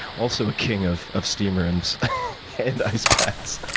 also a king of of steam rooms and ice baths.